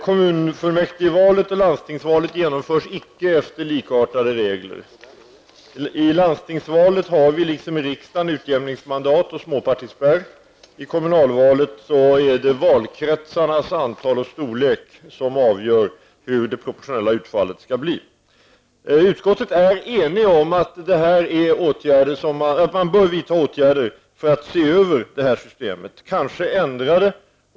Kommunfullmäktigevalet och landstingsvalet genomförs icke efter likartade regler. I landstingsvalet finns det liksom vid riksdagsvalet utjämningsmandat och småpartispärr. Vid kommunalvalet är det valkretsarnas antal och storlek som avgör hur det proportionella utfallet blir. Utskottet är enigt om att man bör vidta åtgärder för att se över detta system och kanske ändra det.